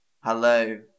Hello